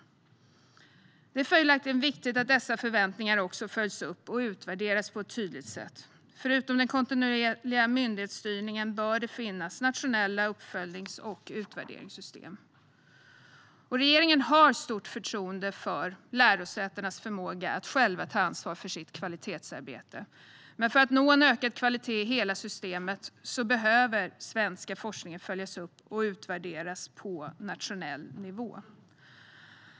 Det är följaktligen viktigt att dessa förväntningar också följs upp och utvärderas på ett tydligt sätt. Förutom den kontinuerliga myndighetsstyrningen bör det finnas nationella uppföljnings och utvärderingssystem. Regeringen har stort förtroende för lärosätenas förmåga att själva ta ansvar för sitt kvalitetsarbete. Men för att nå en ökad kvalitet i hela systemet behöver svensk forskning följas upp och utvärderas på nationell nivå.